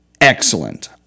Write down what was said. excellent